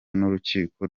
n’urukiko